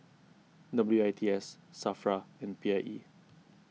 W I T S Safra and P I E